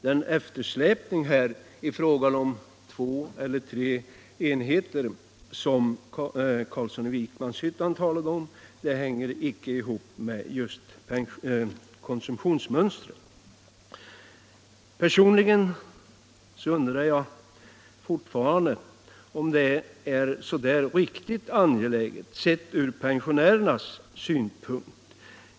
Den eftersläpning på två eller tre enheter som herr Carlsson i Vikmanshyttan talade om hänger inte ihop med just konsumtionsmönstret. Personligen undrar jag fortfarande om en sådan utredning är så där riktigt angelägen, sett från pensionärernas synpunkt.